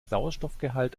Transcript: sauerstoffgehalt